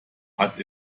hat